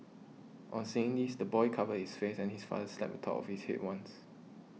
on seeing this the boy covered his face and his father slapped the top of his head once